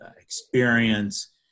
experience